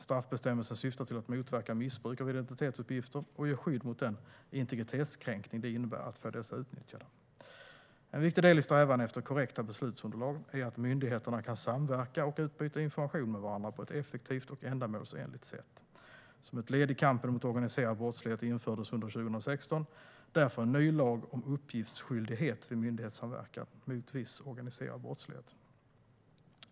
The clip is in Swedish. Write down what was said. Straffbestämmelsen syftar till att motverka missbruk av identitetsuppgifter och ge skydd mot den integritetskränkning det innebär att få dessa utnyttjade. En viktig del i strävan efter korrekta beslutsunderlag är att myndigheterna kan samverka och utbyta information med varandra på ett effektivt och ändamålsenligt sätt. Som ett led i kampen mot organiserad brottslighet infördes under 2016 därför en ny lag om uppgiftsskyldighet vid myndighetssamverkan mot viss organiserad brottslighet.